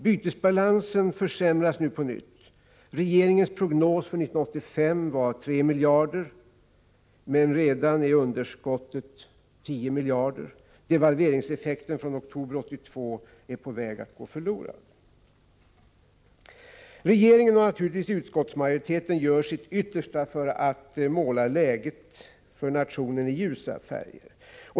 Bytesbalansen försämras nu på nytt — regeringens prognos för 1985 var 3 miljarder, men underskottet är redan 10 miljarder. Devalveringseffekten från oktober 1982 är på väg att gå förlorad. Regeringen och naturligtvis utskottsmajoriteten gör sitt yttersta för att måla läget för nationen i ljusa färger.